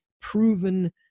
proven